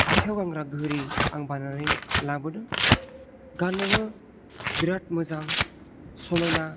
आखाइआव गानग्रा घड़ी आं बानायनानै लाबोदों गाननोबो बिराद मोजां समायना